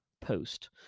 post